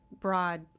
broad